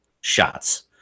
shots